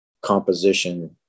composition